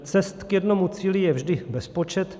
Cest k jednomu cíli je vždy bezpočet.